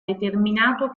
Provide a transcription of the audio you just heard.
determinato